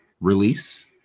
release